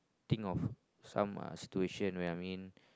think of some uh situation where I mean